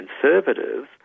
conservatives